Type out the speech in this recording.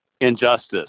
injustice